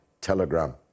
Telegram